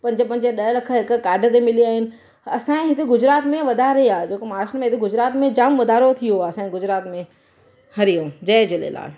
पंज पंज ॾह लख हिक कार्ड ते मिलिया आहिनि असां हिते गुजरात में वधारे आहे जेको मार्च में गुजरात में जाम वधारो थियो आहे असांजे गुजरात में हरिओम जय झूलेलाल